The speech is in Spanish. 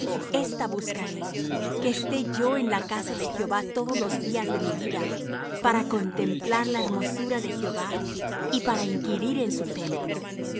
ésta buscaré que esté yo en la casa de jehová todos los días de mi vida para contemplar la hermosura de jehová y para inquirir en su templo